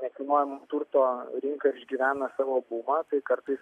nekilnojamo turto rinka išgyvena savo bumą tai kartais